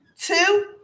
Two